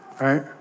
right